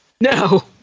No